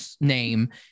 name